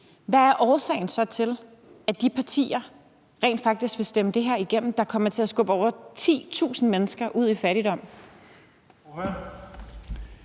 hvad er årsagen så til, at de partier rent faktisk vil stemme det her, der kommer til at skubbe over 10.000 mennesker ud i fattigdom,